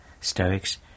Stoics